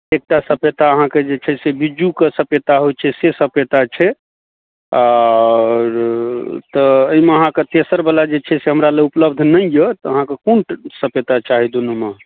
एकटा सपेता अहाँके जे छै से बिज्जूके सपेता होइ छै से सपेता छै आओर तऽ एहिमे अहाँके तेसरवला जे छै से हमरा लग उपलब्ध नहि यए तऽ अहाँकेँ कोन सपेता चाही दुनूमे